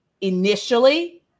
initially